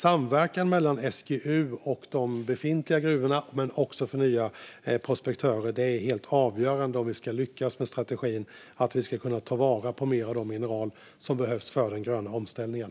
Samverkan mellan SGU och de befintliga gruvorna, och även för nya prospektörer, är helt avgörande om vi ska lyckas med strategin att ta vara på mer av de mineral som behövs för den gröna omställningen.